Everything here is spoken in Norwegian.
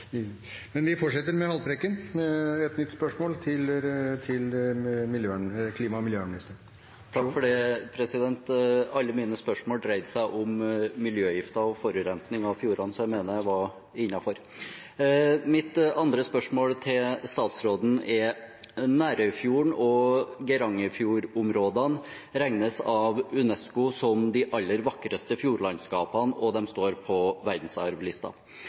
miljøministeren. Alle mine spørsmål dreide seg om miljøgifter og forurensning av fjordene, så jeg mener jeg var innenfor. Mitt andre spørsmål til statsråden er: «Nærøyfjord- og Geirangerfjord-områdene regnes av UNESCO som de aller vakreste fjordlandskapene, og de står på